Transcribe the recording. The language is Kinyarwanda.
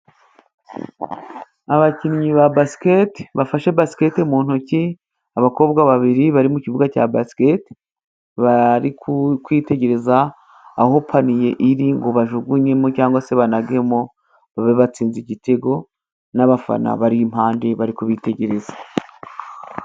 Abakinnyi ba basiketi bafashe basiketi mu ntoki，abakobwa babiri， bari mu kibuga cya basket bari kwitegereza aho paniye iri ngo bajugunyemo，cyangwa se banagemo, babe batsinze igitego n'abafana bari impande bari kubitegereza.